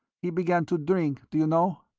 he began to drink do you know?